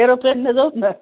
एरोप्लेनने जाऊ ना